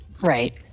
Right